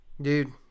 dude